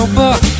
book